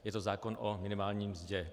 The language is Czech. Je to zákon o minimální mzdě.